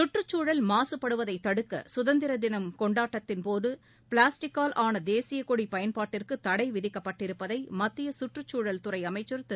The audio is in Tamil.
சுற்றுச்சுழல் மாசுபடுவதைத் தடுக்க சுதந்திரதினகொண்டாட்டத்தின்போதுபிளாஸ்டிக்கால் ஆனதேசியகொடிபயன்பாட்டிற்குதடைவிதிக்கப்பட்டிருப்பதைமத்தியசுற்றுச்சூழல் துறைஅமைச்சர் திரு